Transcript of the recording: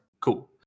Cool